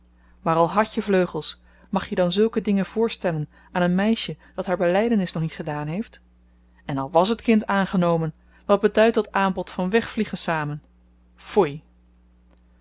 maar al had je vleugels mag je dan zulke dingen voorstellen aan een meisje dat haar belydenis nog niet gedaan heeft en al wàs t kind aangenomen wat beduidt dat aanbod van wegvliegen samen foei